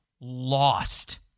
lost